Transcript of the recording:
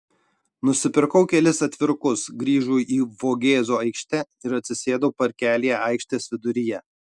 nusipirkau kelis atvirukus grįžau į vogėzų aikštę ir atsisėdau parkelyje aikštės viduryje